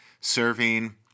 serving